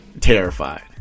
terrified